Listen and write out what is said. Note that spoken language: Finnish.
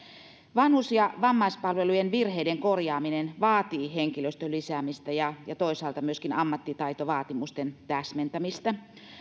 vanhus ja vammaispalvelujen virheiden korjaaminen vaatii henkilöstön lisäämistä ja ja toisaalta myöskin ammattitaitovaatimusten täsmentämistä